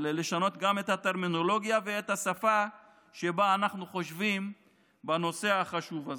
לשנות גם את הטרמינולוגיה ואת השפה שבה אנחנו חושבים בנושא החשוב הזה.